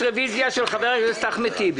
התייעצות סיעתית אדוני.